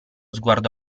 sguardo